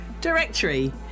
directory